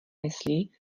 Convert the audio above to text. myslí